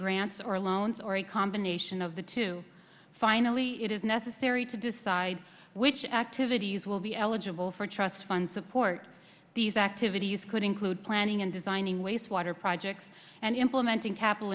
grants or loans or a combination of the two finally it is necessary to decide which activities will be eligible for trust fund support these activities could include planning and designing waste water projects and implementing capital